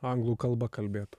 anglų kalba kalbėtų